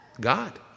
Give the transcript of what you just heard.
God